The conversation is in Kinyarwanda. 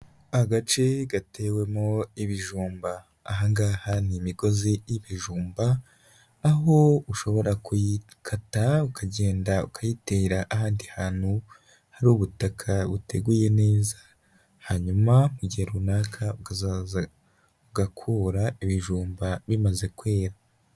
Agace gatewemo ibijumba, aha ngaha ni imigozi y'ibijumba, aho ushobora kuyikata ukagenda ukayitera ahandi hantu hari ubutaka buteguye neza, hanyuma mu gihe runaka ukazaza ugakura ibijumba bimaze kwera.